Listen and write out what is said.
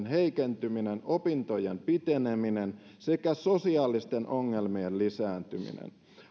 heikentyminen opintojen piteneminen sekä sosiaalisten ongelmien lisääntyminen